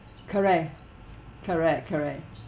correct correct correct